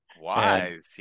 wise